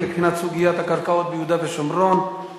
לבחינת סוגיית הקרקעות ביהודה ושומרון,